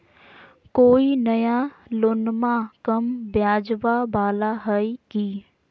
कोइ नया लोनमा कम ब्याजवा वाला हय की?